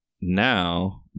now